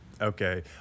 okay